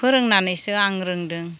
फोरोंनानैसो आं रोंदों